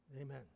Amen